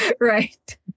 Right